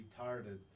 retarded